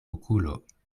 okulo